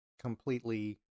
completely